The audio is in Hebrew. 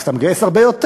אז אתה מגייס הרבה יותר.